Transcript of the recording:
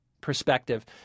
perspective